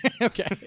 okay